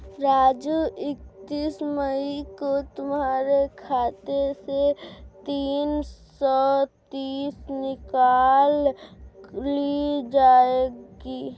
राजू इकतीस मई को तुम्हारे खाते से तीन सौ तीस निकाल ली जाएगी